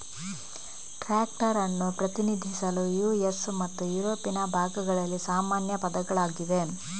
tractor ಅನ್ನು ಪ್ರತಿನಿಧಿಸಲು US ಮತ್ತು ಯುರೋಪಿನ ಭಾಗಗಳಲ್ಲಿ ಸಾಮಾನ್ಯ ಪದಗಳಾಗಿವೆ